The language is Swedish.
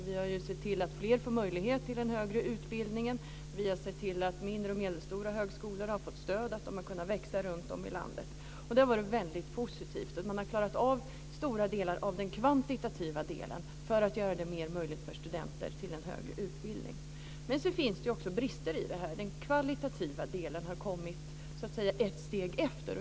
Vi har sett till att fler får möjlighet till den högre utbildningen. Vi har sett till att mindre och medelstora högskolor har fått stöd och kunnat växa runt om i landet. Det har varit mycket positivt att man har klarat av stora bitar av den kvantitativa delen för att ge studenter större möjlighet till en högre utbildning. Men det finns också brister i detta. Den kvalitativa delen har så att säga kommit ett steg efter.